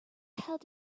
held